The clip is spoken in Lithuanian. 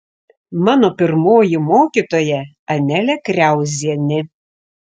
mano pirmoji mokytoja anelė kriauzienė